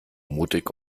mutig